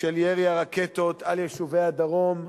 של ירי רקטות על יישובי הדרום,